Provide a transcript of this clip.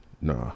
nah